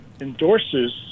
endorses